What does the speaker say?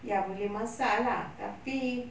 ya boleh masak lah tapi